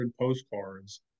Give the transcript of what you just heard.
postcards